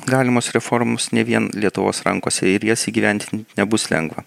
galimos reformos ne vien lietuvos rankose ir jas įgyvendint nebus lengva